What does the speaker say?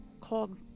called